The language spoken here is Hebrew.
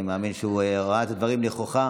אני מאמין שהוא ראה את הדברים נכוחה,